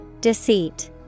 Deceit